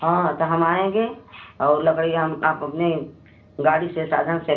हाँ तो हम आएँगे और लकड़ी हम आप अपने गाड़ी से साधन से